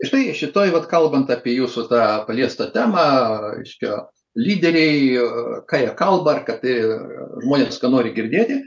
štai šitoje vat kalbant apie jūsų tą paliestą temą aiškio lyderiai bijo kai kalbame kad ir žmonės nenori girdėti